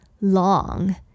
long